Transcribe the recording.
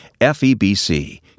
FEBC